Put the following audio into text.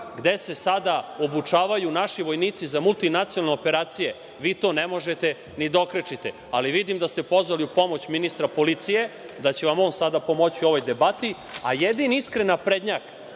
gde se sada obučavaju naši vojnici za multinacionalne operacije, vi to ne možete ni da okrečite. Ali, vidim da ste pozvali u pomoć ministra policije, da će vam on sada pomoći u ovoj debati, a jedini iskreni naprednjak